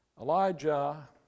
Elijah